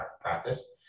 practice